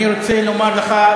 אני רוצה לומר לך,